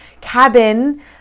cabin